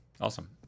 Awesome